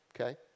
okay